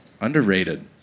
underrated